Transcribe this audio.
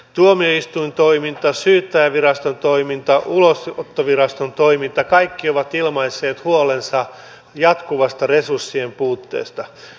tuomioistuintoiminta syyttäjänviraston toiminta ulosottoviraston toiminta nämä kaikki ovat ilmaisseet huolensa jatkuvasta resurssien puutteesta